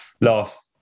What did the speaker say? last